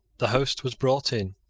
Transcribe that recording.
the host was brought in.